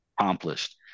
accomplished